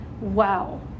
wow